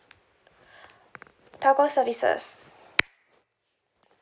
telco services